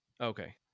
okay